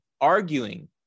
arguing